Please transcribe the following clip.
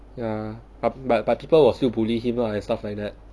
ya but but but people will still bully him lah and stuff like that